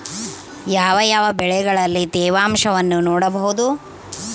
ಯಾವ ಯಾವ ಬೆಳೆಗಳಲ್ಲಿ ತೇವಾಂಶವನ್ನು ನೋಡಬಹುದು?